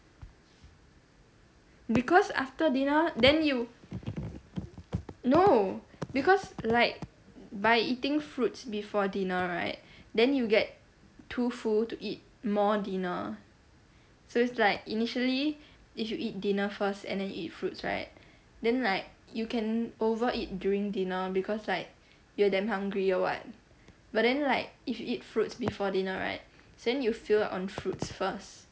because after dinner then you no because like by eating fruits before dinner right then you get too full to eat more dinner so it's like initially if you eat dinner first and then eat fruits right then like you can overeat during dinner because like you're damn hungry or [what] but then like if you eat fruits before dinner right so then you fill up on fruits first